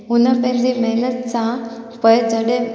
हुन पंहिंजे महिनत सां पर जॾहिं